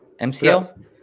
MCL